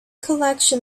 collection